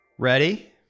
Ready